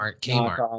K-Mart